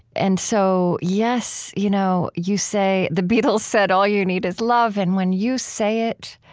and so, yes, you know you say the beatles said, all you need is love. and when you say it,